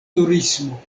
turismo